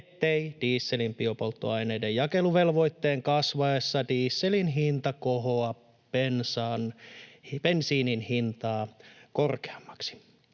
ettei dieselin biopolttoaineiden jakeluvelvoitteen kasvaessa dieselin hinta kohoa bensiinin hintaa korkeammaksi.